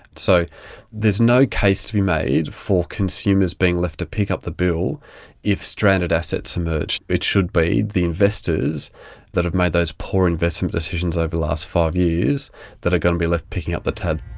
so there is no case to be made for consumers being left to pick up the bill if stranded assets emerge. it should be the investors that have made those poor investment decisions over the last five years that are going to be left picking up the tab.